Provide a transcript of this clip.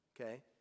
Okay